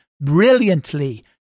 brilliantly